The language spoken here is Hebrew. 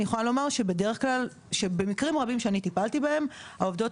אני יכולה לומר שבמקרים רבים שאני טיפלתי בהם העובדות